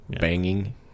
banging